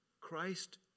Christ